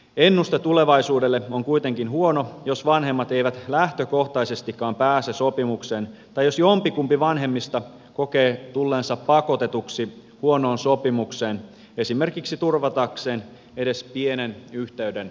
ennuste tulevaisuudelle on kuitenkin huono jos vanhemmat eivät lähtökohtaisestikaan pääse sopimukseen tai jos jompikumpi vanhemmista kokee tulleensa pakotetuksi huonoon sopimukseen esimerkiksi turvatakseen edes pienen yhteyden lapseensa